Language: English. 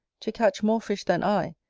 to catch more fish than i,